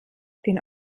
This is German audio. den